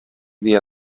dia